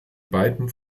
beiden